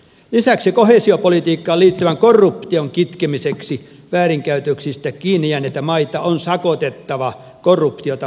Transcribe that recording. lisäksi koheesiopolitiikkaan liittyvän korruption kitkemiseksi väärinkäytöksistä kiinni jääneitä maita on sakotettava korruptiota vastaavalla summalla